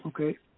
okay